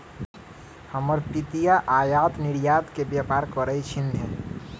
हमर पितिया आयात निर्यात के व्यापार करइ छिन्ह